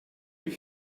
bir